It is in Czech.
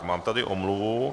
Mám tady omluvu.